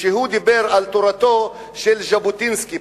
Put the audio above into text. כשהוא דיבר על תורתו של ז'בוטינסקי,